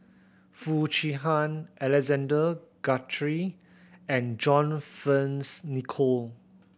Foo Chee Han Alexander Guthrie and John Fearns Nicoll